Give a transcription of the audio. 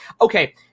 Okay